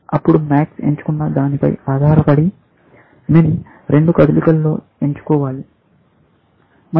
అప్పుడు MAX ఎంచుకున్న దానిపై ఆధారపడి MIN రెండు కదలికలలో ఎన్నుకోవాలి మరియు